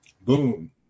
Boom